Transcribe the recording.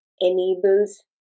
enables